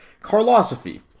carlosophy